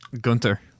Gunter